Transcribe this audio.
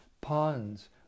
ponds